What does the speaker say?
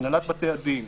הנהלת בתי הדין,